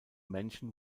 menschen